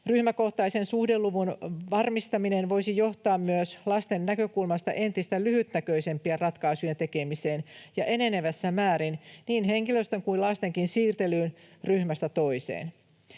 Ryhmäkohtaisen suhdeluvun varmistaminen voisi johtaa myös lasten näkökulmasta entistä lyhytnäköisempien ratkaisujen tekemiseen ja enenevässä määrin niin henkilöstön kuin lastenkin siirtelyyn ryhmästä toiseen.